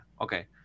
Okay